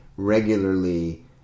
Regularly